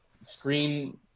screen